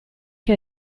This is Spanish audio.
que